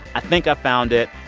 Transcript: i think i found it.